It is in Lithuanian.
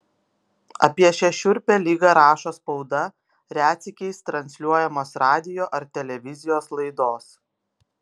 apie šią šiurpią ligą rašo spauda retsykiais transliuojamos radijo ar televizijos laidos